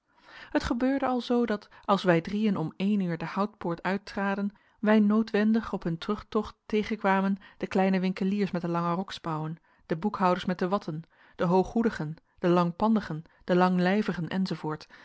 het gebeurde alzoo dat als wij drieën om één uur de houtpoort uittraden wij noodwendig op hun terugtocht tegenkwamen de kleine winkeliers met de lange roksmouwen de boekhouders met de watten de hooghoedigen de langpandigen de langlijvigen